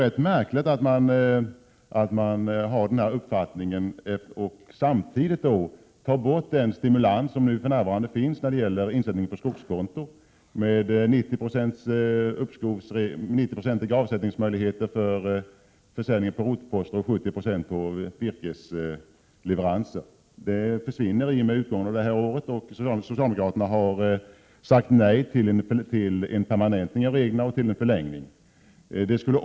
Det är märkligt att regeringen har denna uppfattning samtidigt som den tar bort den stimulans som för närvarande finns när det gäller insättning på skogskonto, med 90-procentiga avsättningsmöjligheter vid försäljning av rotposter och 70-procentiga avsättningsmöjligheter då det rör sig om virkesleveranser. Denna stimulans försvinner i och med utgången av detta år. Socialdemokraterna har sagt nej till en permanentning av reglerna och till en förlängning av dem.